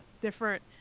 different